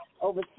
Over